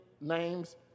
names